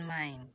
mind